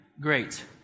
great